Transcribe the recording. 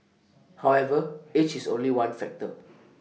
however age is only one factor